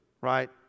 right